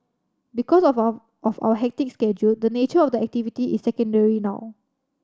because of our of our hectic schedule the nature of the activity is secondary now